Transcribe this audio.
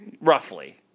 Roughly